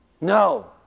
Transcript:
No